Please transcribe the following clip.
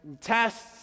tests